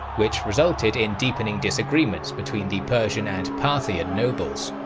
which resulted in deepening disagreements between the persian and parthian nobles.